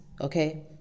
Okay